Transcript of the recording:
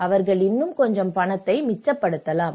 அவர்கள் இன்னும் கொஞ்சம் பணத்தை மிச்சப்படுத்தலாம்